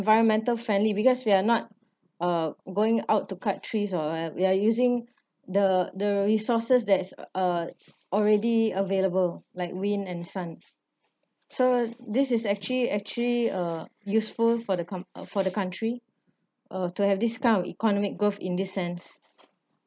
environmental friendly because we are not uh going out to cut trees or what we are using the the resources that uh already available like wind and sun so this is actually actually uh useful for the coun~ uh for the country uh to have this kind of economic growth in this sense